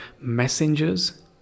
messengers